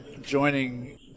joining